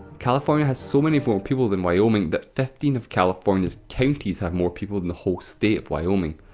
california has so many more people than wyoming, that fifteen of california's counties have more people than the whole state of wyoming.